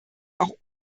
auch